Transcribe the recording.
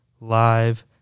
live